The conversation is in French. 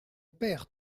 père